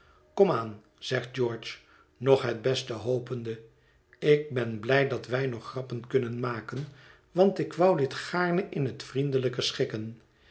aan zegt george nog het beste hopende ik ben blij dat wij nog grappen kunnen maken want ik wou dit gaarne in het vriendelijke schikken